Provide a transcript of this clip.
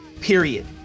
period